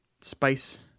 spice